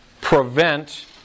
prevent